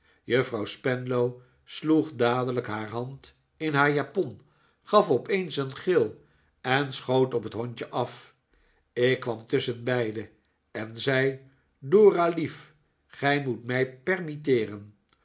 juffrouw spenlow sloeg dadelijk haar hand in haar japon gaf opeens een gil en schoot op het hondje af ik kwamtusschenbeide en zei doralief gij moet mij permitteeren